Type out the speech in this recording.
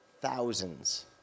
thousands